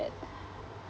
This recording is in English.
that